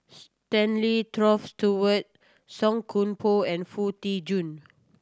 Stanley Toft Stewart Song Koon Poh and Foo Tee Jun